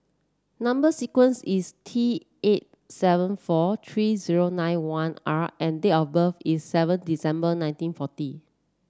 number sequence is T eight seven four three nine one R and date of birth is seven December nineteen forty